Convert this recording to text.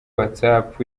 whatsapp